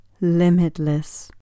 limitless